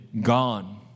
gone